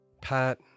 Pat